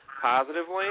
positively